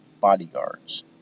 bodyguards